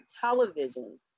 television